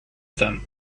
them